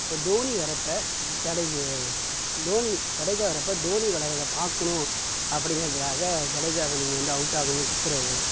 அப்போ தோனி வரப்போ ஜடேஜ் தோனி ஜடேஜா வரப்ப தோனி விளையாடுறத பார்க்கணும் அப்படிங்குறதுக்காக ஜடேஜாவை நீங்கள் வந்து அவுட் ஆகுன்னு கத்துகிறது